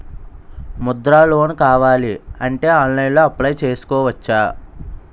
Mudra loan కావాలి అంటే ఆన్లైన్లో అప్లయ్ చేసుకోవచ్చా?